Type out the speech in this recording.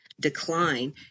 decline